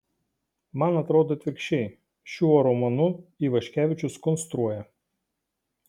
man atrodo atvirkščiai šiuo romanu ivaškevičius konstruoja